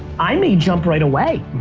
i may jump right away.